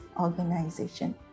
organization